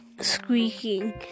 squeaking